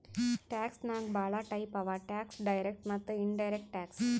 tax ನಾಗ್ ಭಾಳ type ಅವಾ ಟ್ಯಾಕ್ಸ್ ಡೈರೆಕ್ಟ್ ಮತ್ತ ಇನಡೈರೆಕ್ಟ್ ಟ್ಯಾಕ್ಸ್